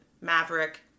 Maverick